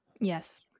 Yes